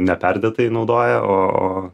neperdėtai naudoja o o